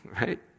right